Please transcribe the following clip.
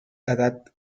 edat